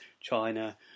China